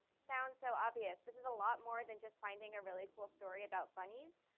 sounds so obvious. this is a lot more than just finding a really cool story about bunnies,